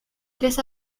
tres